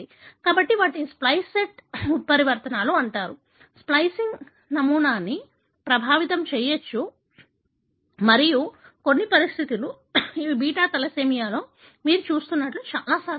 కాబట్టి వీటిని splice site ఉత్పరివర్తనలు అంటారు స్ప్లికింగ్ నమూనాను ప్రభావితం చేయవచ్చు మరియు కొన్ని పరిస్థితులలో ఇవి బీటా తలసేమియాలో మీరు చూస్తున్నట్లుగా చాలా సాధారణం